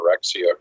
anorexia